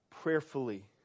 prayerfully